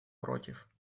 против